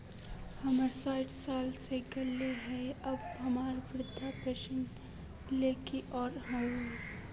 हमर सायट साल होय गले ते अब हमरा वृद्धा पेंशन ले की करे ले होते?